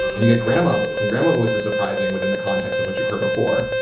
and you get grandma voice, and grandma voice is surprising within the context of what you've heard before.